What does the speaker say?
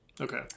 Okay